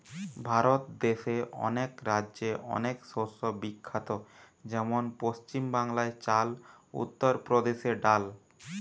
ভারত দেশে অনেক রাজ্যে অনেক শস্য বিখ্যাত যেমন পশ্চিম বাংলায় চাল, উত্তর প্রদেশে ডাল